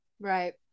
Right